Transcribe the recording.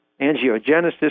angiogenesis